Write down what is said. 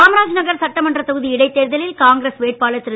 காமராஜ் நகர் சட்டமன்ற தொகுதி இடைத்தேர்தலில் காங்கிரஸ் வேட்பாளர் திரு